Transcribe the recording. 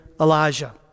Elijah